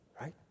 right